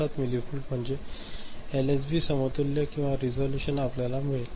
77 millivolt म्हणजे LSB समतुल्य किंवा रेसोलुशन आपल्याला मिळेल